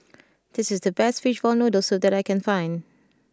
this is the best Fishball Noodle Soup that I can find